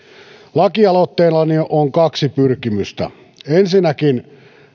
lakialoitteellani on kaksi pyrkimystä ensinnäkin